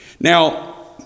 Now